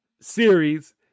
Series